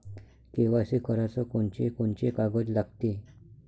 KYC कराच कोनचे कोनचे कागद लागते?